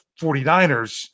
49ers